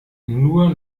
nur